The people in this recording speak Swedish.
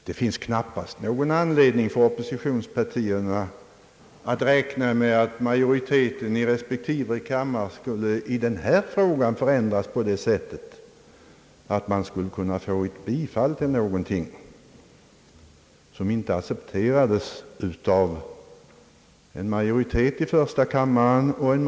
Det finns knappast någon anledning för oppositionspartierna att räkna med att majoriteten i respektive kammare just i den här frågan skulle förändras på ett sådant sätt, att man skulle kunna få ett bifall till någonting som inte accepterats av en majoritet i såväl första som andra kammaren.